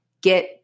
get